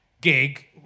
gig